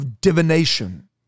divination